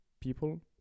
people